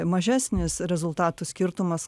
mažesnis rezultatų skirtumas